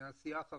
מהסיעה החרדית,